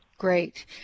Great